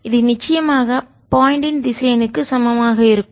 இது நிச்சயமாக போயண்டிங் திசையனுக்கு சமமாக இருக்கும்